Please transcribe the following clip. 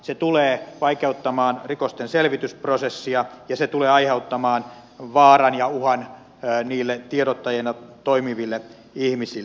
se tulee vaikeuttamaan rikosten selvitysprosessia ja se tulee aiheuttamaan vaaran ja uhan niille tiedottajina toimiville ihmisille